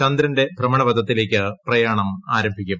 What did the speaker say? ചന്ദ്രന്റെ ഭ്രമണപഥത്തിലേയ്ക്ക് പ്രിയാ്ണം ആരംഭിക്കും